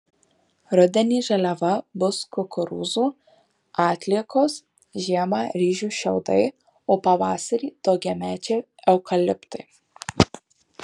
rudenį žaliava bus kukurūzų atliekos žiemą ryžių šiaudai o pavasarį daugiamečiai eukaliptai